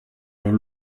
leurs